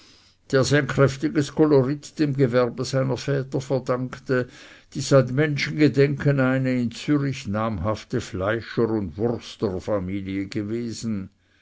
der sein kräftiges kolorit dem gewerbe seiner väter verdankte die seit menschengedenken eine in zürich namhafte fleischer und wursterfamilie gewesen